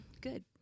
good